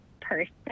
person